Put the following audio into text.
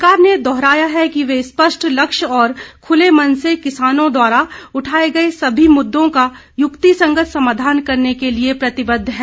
सरकार ने दोहराया है कि वह स्पष्ट लक्ष्य और खुले मन से किसानों द्वारा उठाए गए सभी मुद्दों का युक्तिसंगत समाधान करने के लिए प्रतिबद्ध है